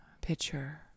picture